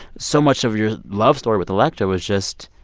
so much of your love story with electra was just,